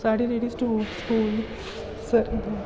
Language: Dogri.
साढ़ी जेह्ड़ी स्टू स्कूल सर